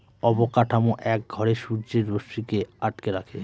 অবকাঠামো এক ঘরে সূর্যের রশ্মিকে আটকে রাখে